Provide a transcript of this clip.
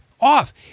off